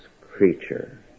creature